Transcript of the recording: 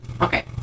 okay